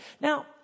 Now